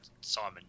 Simon